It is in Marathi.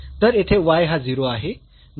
तर येथे y हा 0 आहे